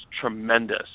tremendous